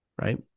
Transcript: Right